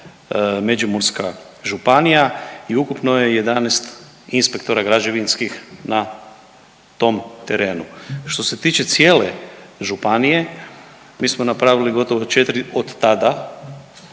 Međimurska županija i ukupno je 11 inspektora građevinskih na tom terenu. Što se tiče cijele županije mi smo napravili gotovo od tada